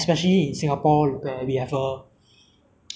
medical subsidies in order to be able to see a doctor